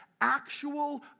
actual